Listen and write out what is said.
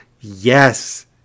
Yes